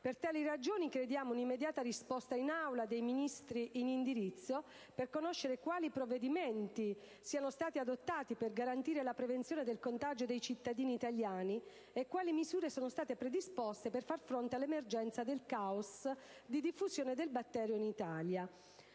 Per tali ragioni, chiediamo una immediata risposta in Aula dei Ministri in indirizzo per conoscere quali provvedimenti siano stati adottati per garantire la prevenzione del contagio dei cittadini italiani e quali misure siano state predisposte per far fronte all'emergenza legata alla diffusione del batterio in Italia.